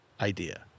idea